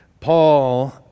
Paul